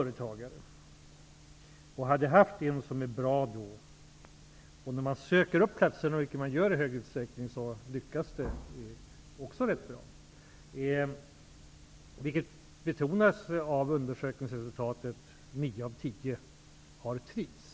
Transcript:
Det är i stor utsträckning fråga om att söka upp platserna, och det brukar också lyckas rätt bra. Det framgår av undersökningsresultatet att 9 av 10 av ungdomspraktikanterna har trivts.